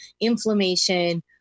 inflammation